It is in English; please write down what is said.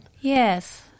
Yes